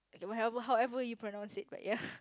what the hell how~ however you pronounce it but ya